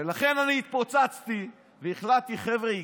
ולכן אני התפוצצתי והחלטתי: חבר'ה,